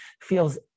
feels